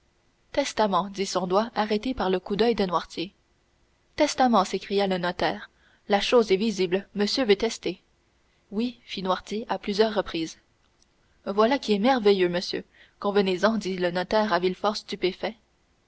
testament dit son doigt arrêté par le coup d'oeil de noirtier testament s'écria le notaire la chose est visible monsieur veut tester oui fit noirtier à plusieurs reprises voilà qui est merveilleux monsieur convenez-en dit le notaire à villefort stupéfait